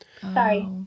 Sorry